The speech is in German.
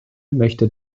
möchte